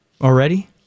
already